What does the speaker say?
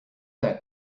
that